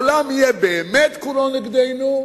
העולם יהיה באמת כולו נגדנו.